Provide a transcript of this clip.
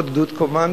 עם עוד גדוד קומנדו,